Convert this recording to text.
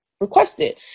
requested